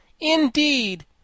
Indeed